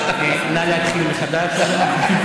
נא להתחיל מחדש.